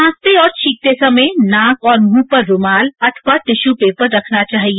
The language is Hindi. खांसते और छींकते समय नाक और मुंह पर रूमाल अथवा टिश्यू पेपर रखना चाहिए